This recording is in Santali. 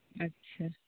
ᱟᱪ ᱪᱷᱟ